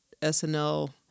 SNL